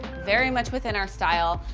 very much within our style.